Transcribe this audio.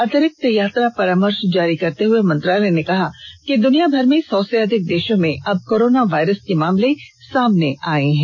अतिरिक्त यात्रा परामर्श जारी करते हुए मंत्रालय ने कहा कि दुनियाभर में सौ से अधिक देशों में अब कोरोना वायरस के मामले सामने आए हैं